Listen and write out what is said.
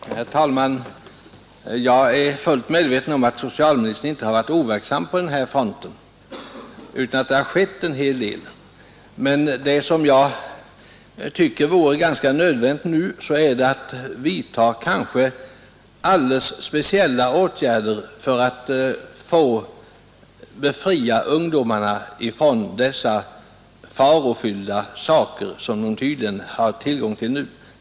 Herr talman! Jag är fullt medveten om att socialministern inte har varit overksam på den här punkten utan att det har skett en hel del. Men vad jag finner ganska nödvändigt nu är att vidta alldeles speciella åtgärder för att befria ungdomarna från dessa farofyllda medel som de tydligen har tillgång till.